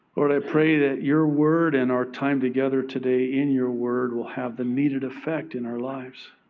lord i pray that your word and our time together today, in your word, will have the needed effect in our lives,